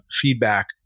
feedback